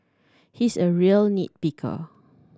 he is a real nit picker